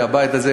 מהבית הזה,